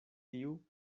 tiu